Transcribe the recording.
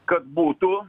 kad būtų